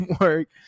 work